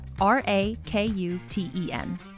R-A-K-U-T-E-N